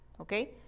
Okay